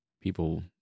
people